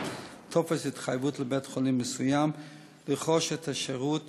טופס התחייבות לבית-חולים מסוים לרכוש את השירות